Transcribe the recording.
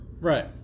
Right